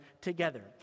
together